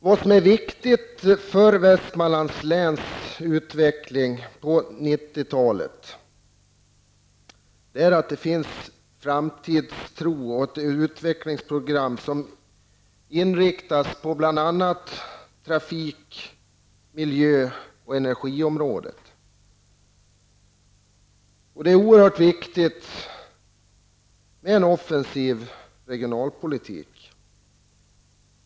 Vad som är viktigt för Västmanlands län utveckling på 1990-talet är att det finns en framtidstro och ett utvecklingsprogram som inriktas på bl.a. trafik-, miljö resp. energiområdet. Det är oerhört viktigt att det förs en offensiv regionalpolitik.